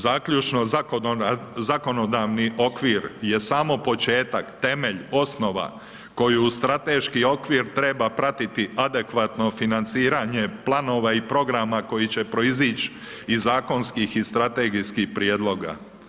Zaključno, zakonodavni okvir je samo početak, temelj, osnova, koju uz Strateški okvir treba pratiti adekvatno financiranje planova i programa koji će proizić iz zakonskih i strategijskih prijedloga.